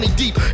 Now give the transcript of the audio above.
deep